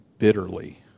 bitterly